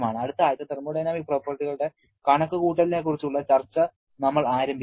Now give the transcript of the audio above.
അടുത്ത ആഴ്ച തെർമോഡൈനാമിക് പ്രോപ്പർട്ടികളുടെ കണക്കുകൂട്ടലിനെക്കുറിച്ചുള്ള ചർച്ച നമ്മൾ ആരംഭിക്കും